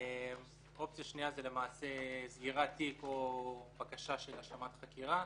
אופציה שנייה היא למעשה סגירת תיק או בקשה להשלמת חקירה,